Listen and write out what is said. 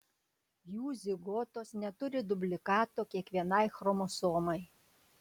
jų zigotos neturi dublikato kiekvienai chromosomai